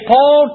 Paul